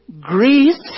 Greece